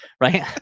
right